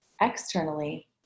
externally